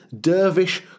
Dervish